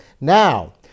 Now